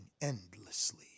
endlessly